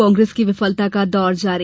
कांग्रेस की विफलता का दौर जारी